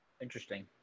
Interesting